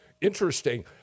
interesting